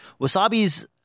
wasabi's